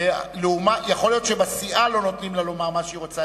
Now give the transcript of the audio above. יכול להיות שבסיעה לא נותנים לה לומר את מה שהיא רוצה,